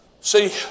See